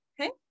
Okay